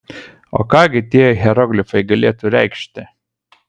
o ką gi tie hieroglifai galėtų reikšti